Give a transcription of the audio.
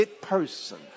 person